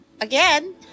again